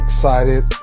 excited